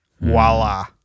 Voila